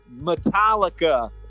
Metallica